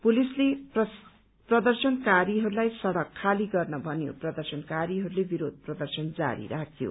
पुलिसले प्रदर्शनकारीहरूलाई सड़का खाली गर्न भन्यो प्रदर्शनकारीहरूले विरोध प्रदर्शन जारी राख्यो